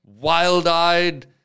wild-eyed